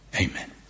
Amen